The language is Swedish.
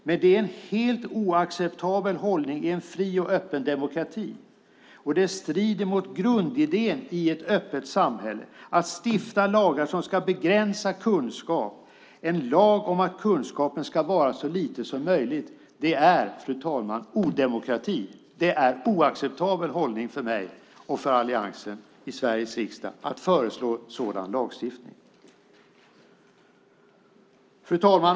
Men det är en helt oacceptabel hållning i en fri och öppen demokrati, och det strider mot grundidén i ett öppet samhälle att stifta lagar som ska begränsa kunskap. En lag om att kunskapen ska vara så liten som möjligt är, fru talman, odemokrati. Det är en oacceptabel hållning för mig och för Alliansen i Sveriges riksdag att föreslå sådan lagstiftning. Fru talman!